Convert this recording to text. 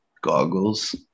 goggles